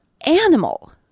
animal